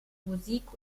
musik